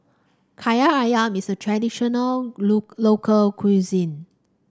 Kaki ayam is a traditional local cuisine